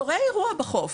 קורה אירוע בחוף,